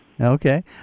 Okay